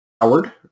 Howard